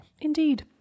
Indeed